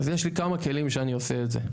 אז יש לי כמה כלים שאני עושה את זה.